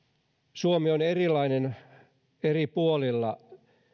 suomi on erilainen eri puolilla